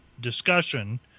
discussion